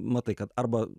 matai kad arba